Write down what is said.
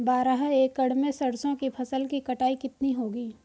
बारह एकड़ में सरसों की फसल की कटाई कितनी होगी?